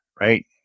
right